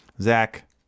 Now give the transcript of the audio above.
Zach